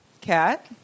Cat